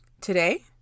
Today